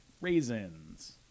raisins